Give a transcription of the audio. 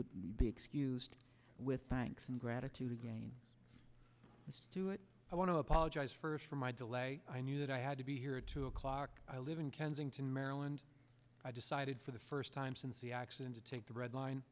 would be excused with thanks and gratitude again just to it i want to apologize first for my delay i knew that i had to be here two o'clock live in kensington maryland i decided for the first time since the accident to take the red line